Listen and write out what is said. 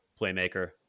playmaker